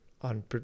on